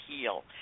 heal